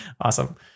Awesome